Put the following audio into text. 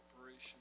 operation